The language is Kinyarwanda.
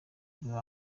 ugira